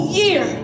year